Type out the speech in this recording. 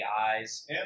eyes